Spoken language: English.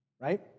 right